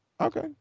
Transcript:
Okay